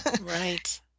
Right